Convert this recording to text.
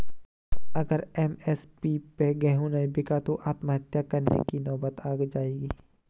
अगर एम.एस.पी पे गेंहू नहीं बिका तो आत्महत्या करने की नौबत आ जाएगी